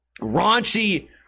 raunchy